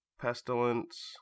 pestilence